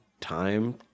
time